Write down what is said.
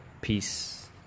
Peace